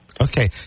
okay